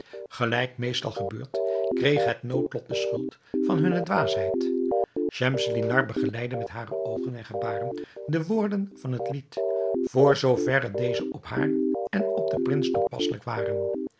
gelijk meestal gebeurt kreeg het noodlot de schuld van hunne dwaasheid schemselnihar begeleidde met hare oogen en gebaren de woorden van het lied voor zoo verre deze op haar en op den prins toepasselijk waren